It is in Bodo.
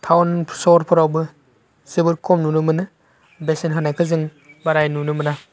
टाउन सहरफोरावबो जोबोर खम नुनो मोनो बेसेन होनायखौ जों बारायै नुनो मोना